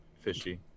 fishy